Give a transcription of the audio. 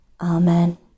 Amen